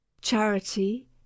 Charity